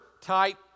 type